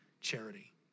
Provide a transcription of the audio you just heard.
charity